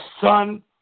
Son